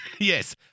Yes